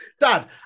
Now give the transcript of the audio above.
Dad